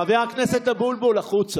חבר הכנסת אבוטבול, חבר הכנסת אבוטבול, החוצה.